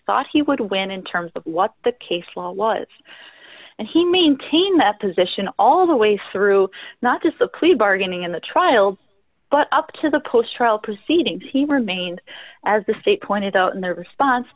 thought he would win in terms of what the case law was and he maintained that position all the way through not just the plea bargaining in the trial but up to the post trial proceedings he remained as the state pointed out in their response